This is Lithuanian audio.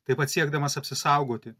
taip pat siekdamas apsisaugoti